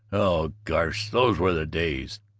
oh, gosh, those were the days!